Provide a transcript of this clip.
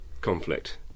conflict